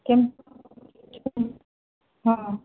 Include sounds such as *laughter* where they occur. କେମତି *unintelligible* ହଁ